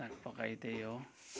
साग पकाई त्यही हो